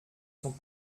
sont